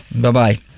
Bye-bye